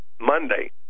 Monday